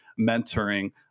mentoring